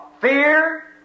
fear